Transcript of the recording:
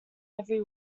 every